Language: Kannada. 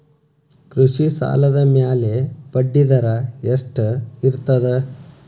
ಕೃಷಿ ಸಾಲದ ಮ್ಯಾಲೆ ಬಡ್ಡಿದರಾ ಎಷ್ಟ ಇರ್ತದ?